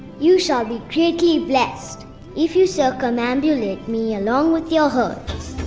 you shall be greatly blessed if you circumambulate me along with your herds.